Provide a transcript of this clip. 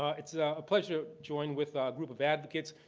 it's a pleasure to join with a group of advocates,